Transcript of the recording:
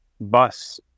bus